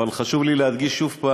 אבל חשוב לי להדגיש שוב,